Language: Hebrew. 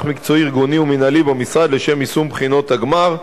מקצועי ארגוני ומינהלי במשרד לשם יישום בחינות הגמר,